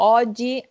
oggi